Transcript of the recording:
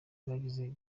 bagize